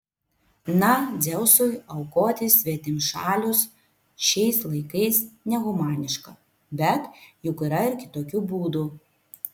na dzeusui aukoti svetimšalius šiais laikais nehumaniška bet juk yra ir kitokių būdų